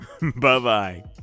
bye-bye